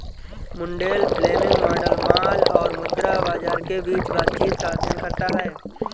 Mundell Fleming model माल और मुद्रा बाजार के बीच बातचीत का अध्ययन करता है